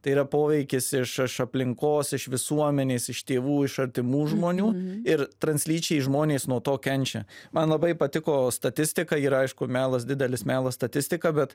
tai yra poveikis iš iš aplinkos iš visuomenės iš tėvų iš artimų žmonių ir translyčiai žmonės nuo to kenčia man labai patiko statistika ir aišku melas didelis melas statistika bet